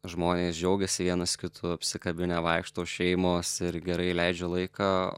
žmonės džiaugiasi vienas kitu apsikabinę vaikšto šeimos ir gerai leidžiu laiką